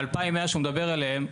וה-2,100 שהוא מדבר עליהם,